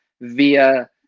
via